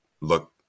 look